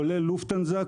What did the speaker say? כולל לופטהנזה,